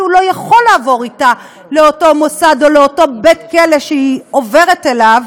כי הוא לא יכול לעבור אתה לאותו מוסד או לאותו בית-כלא שהיא עוברת אליו,